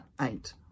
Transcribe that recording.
eight